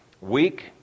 weak